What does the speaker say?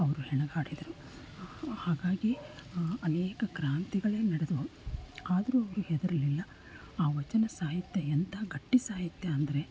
ಅವರು ಹೆಣಗಾಡಿದರು ಹಾಗಾಗಿ ಅನೇಕ ಕ್ರಾಂತಿಗಳೇ ನಡೆದವು ಆದರೂ ಅವ್ರು ಹೆದರಲಿಲ್ಲ ಆ ವಚನ ಸಾಹಿತ್ಯ ಎಂತಹ ಗಟ್ಟಿ ಸಾಹಿತ್ಯ ಅಂದರೆ